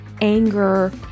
anger